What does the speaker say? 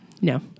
no